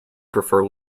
prefer